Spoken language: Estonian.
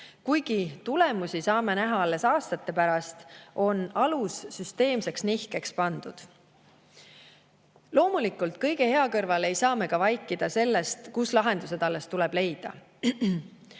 Kuigi tulemusi saame näha alles aastate pärast, on alus süsteemseks nihkeks pandud. Loomulikult, kõige hea kõrval ei saa me ka vaikida sellest, kus lahendused alles tuleb leida.